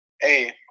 Hey